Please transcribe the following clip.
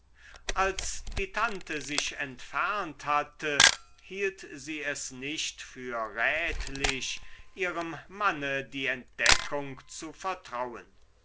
als die tante sich entfernt hatte hielt sie es nicht für rätlich ihrem manne die entdeckung zu vertrauen